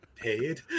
paid